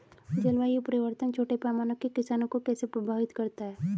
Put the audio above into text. जलवायु परिवर्तन छोटे पैमाने के किसानों को कैसे प्रभावित करता है?